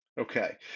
Okay